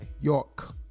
York